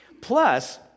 Plus